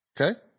Okay